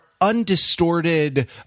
undistorted